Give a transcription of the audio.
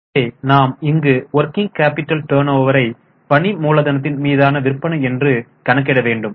எனவே நாம் இங்கு வொர்கிங் கேப்பிடல் டர்ன்ஓவரை பணி மூலதனத்தின் மீதான விற்பனை என்று கணக்கிட வேண்டும்